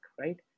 right